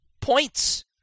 points